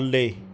ਥੱਲੇ